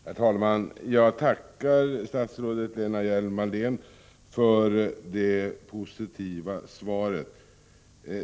Herr talman! Jag tackar statsrådet Lena Hjelm-Wallén för det positiva svaret.